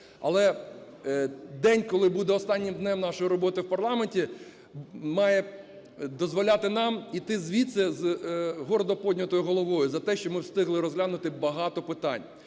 Але день, коли буде останнім днем нашої роботи в парламенті, має дозволяти нам іти звідси з гордо піднятою головою за те, що ми встигли розглянути багато питань.